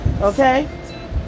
Okay